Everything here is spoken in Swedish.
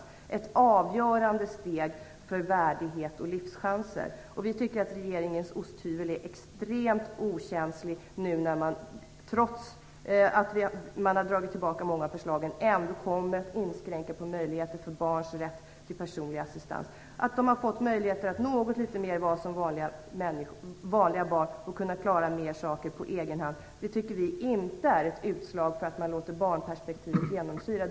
Det är ett avgörande steg när det gäller värdighet och livschanser. Vi tycker att regeringens osthyvel är extremt okänslig nu när man, trots att många av förslagen dragits tillbaka, ändå kommer att inskränka möjligheterna för barn när det gäller rätten till personlig assistans. Att de har fått möjligheter att något litet mera vara som vanliga barn och klara mera på egen hand tycker vi inte är ett utslag för att låta barnperspektivet genomsyra här.